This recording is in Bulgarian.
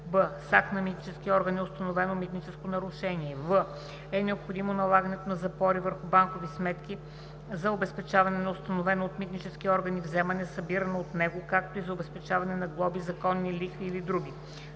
с акт на митнически орган е установено митническо нарушение; в) е необходимо налагането на запори върху банкови сметки за обезпечаване на установено от митнически орган вземане, събирано от него, както и за обезпечаване на глоби, законни лихви или други;